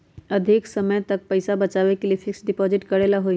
अधिक समय तक पईसा बचाव के लिए फिक्स डिपॉजिट करेला होयई?